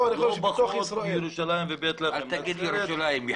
אל תגיד ירושלים.